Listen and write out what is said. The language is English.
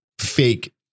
Fake